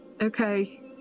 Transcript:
Okay